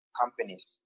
companies